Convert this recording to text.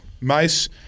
Mace